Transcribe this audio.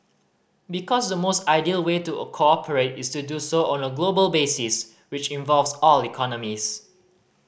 because the most ideal way to cooperate is to do so on a global basis which involves all economies